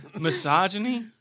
Misogyny